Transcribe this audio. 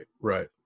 right